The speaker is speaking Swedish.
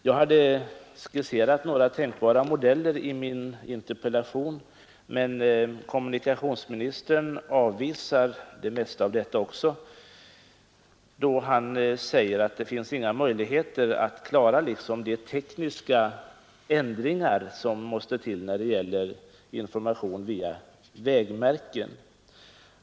Jag hade skisserat några tänkbara modeller i min interpellation, men kommunikationsministern avvisar det mesta av detta också då han säger att det finns inga möjligheter att klara de tekniska ändringar som måste till när det gäller information via vägmärken.